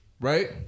right